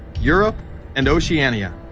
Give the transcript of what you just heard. europe and oceania,